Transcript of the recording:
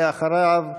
ואחריו,